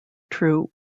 true